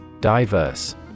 Diverse